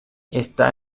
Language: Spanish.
está